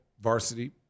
varsity